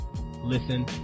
listen